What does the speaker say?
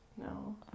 No